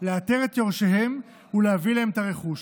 לאתר את יורשיהם ולהביא להם את הרכוש.